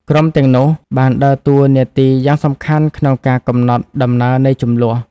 ក្រុមទាំងនោះបានដើរតួនាទីយ៉ាងសំខាន់ក្នុងការកំណត់ដំណើរនៃជម្លោះ។